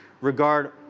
regard